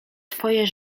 twoje